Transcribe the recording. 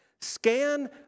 scan